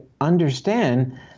understand